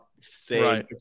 stay